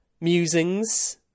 musings